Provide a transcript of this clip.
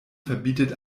verbietet